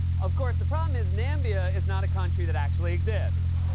of course, the problem is nambia is not a country that actually exists.